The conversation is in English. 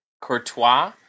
Courtois